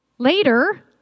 Later